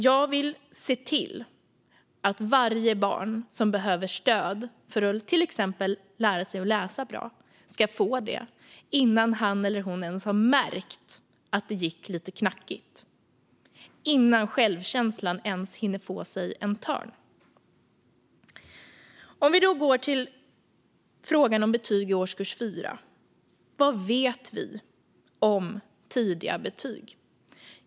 Jag vill se till att varje barn som behöver stöd, till exempel för att lära sig att läsa bra, ska få det innan han eller hon ens har märkt att det gick lite knackigt - innan självkänslan ens hinner få sig en törn. Låt oss gå till frågan om betyg i årskurs 4. Vad vet vi om tidiga betyg?